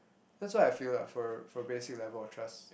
that's what I feel lah for for basic level of trust